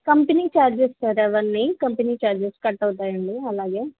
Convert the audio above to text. company charges sir అవన్నీ company charges cut అవుతాయి అండి అలాగే